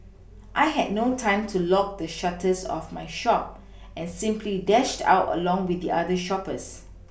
I had no time to lock the shutters of my shop and simply dashed out along with the other shoppers